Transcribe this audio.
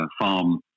farm